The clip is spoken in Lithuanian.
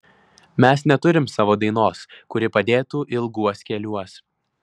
mes neturim savo dainos kuri padėtų ilguos keliuos